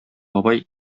бабай